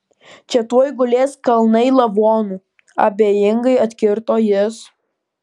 čia tuoj gulės kalnai lavonų abejingai atkirto jis